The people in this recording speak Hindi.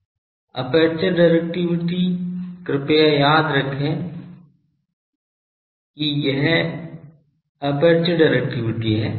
एपर्चर डिरेक्टिविटी कृपया याद रखें कि यह एपर्चर डिरेक्टिविटी है